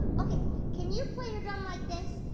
okay can you play your drum like this?